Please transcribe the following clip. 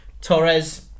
Torres